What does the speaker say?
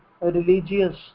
religious